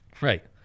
Right